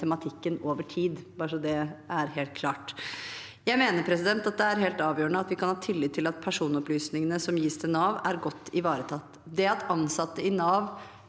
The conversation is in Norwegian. tematikken over tid, bare så det er helt klart. Jeg mener det er helt avgjørende at vi kan ha tillit til at personopplysningene som gis til Nav, er godt ivaretatt. Det at ansatte i Nav